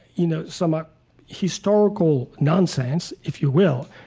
you know, somewhat historical nonsense, if you will,